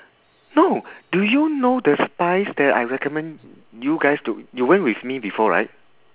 no do you know the spize that I recommend you guys to you went with me before right